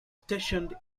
stationed